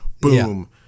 boom